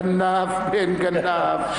גנב בן גנב.